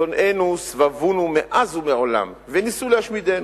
שונאינו סבבונו מאז ומעולם וניסו להשמידנו.